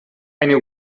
eine